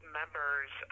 members